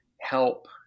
help